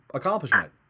accomplishment